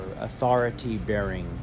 authority-bearing